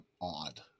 odd